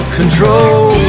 control